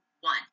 one